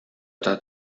otra